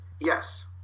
yes